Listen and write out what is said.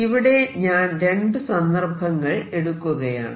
ഇവിടെ ഞാൻ രണ്ടു സന്ദർഭങ്ങൾ എടുക്കുകയാണ്